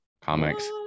comics